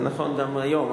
זה נכון גם היום.